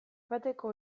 bateko